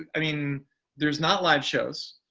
i mean there's not live shows.